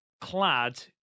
clad